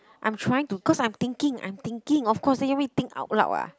I'm trying to cause I'm thinking I'm thinking of course can let me think out loud ah